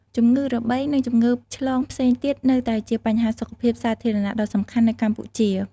ជំងឺរបេង និងជំងឺឆ្លងផ្សេងទៀតនៅតែជាបញ្ហាសុខភាពសាធារណៈដ៏សំខាន់នៅកម្ពុជា។